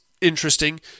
interesting